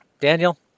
Daniel